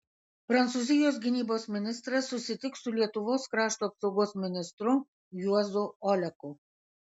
prancūzijos gynybos ministras susitiks su lietuvos krašto apsaugos ministru juozu oleku